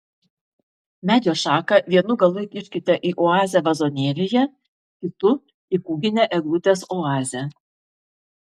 medžio šaką vienu galu įkiškite į oazę vazonėlyje kitu į kūginę eglutės oazę